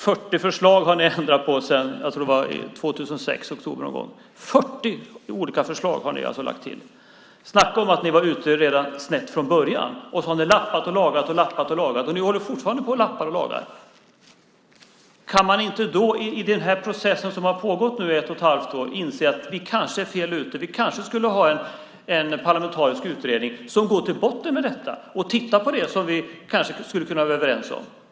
40 förslag har ni ändrat på sedan oktober 2006, tror jag. Snacka om att ni var ute snett redan från början! Så har ni lappat och lagat, och det håller ni fortfarande på med. Kan man inte i den process som nu har pågått i ett och ett halvt år inse att man kanske är fel ute och att det behövs en parlamentarisk utredning som går till botten med detta och ser vad vi kan vara överens om?